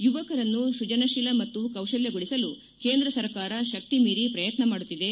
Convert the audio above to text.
ಯುವಕರನ್ನು ಸೃಜನ ಶೀಲ ಮತ್ತು ಕೌಶಲ್ಯಗೊಳಿಸಲು ಕೇಂದ್ರ ಸರ್ಕಾರ ಶಕ್ತಿ ಮೀರಿ ಪ್ರಯತ್ನ ಮಾಡುತ್ತಿದೆ